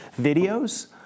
videos